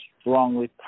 strongly